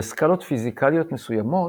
בסקלות פיזיקליות מסוימות,